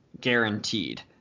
guaranteed